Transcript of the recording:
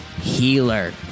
healer